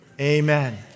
Amen